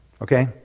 okay